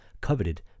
coveted